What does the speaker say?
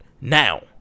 now